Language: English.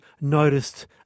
noticed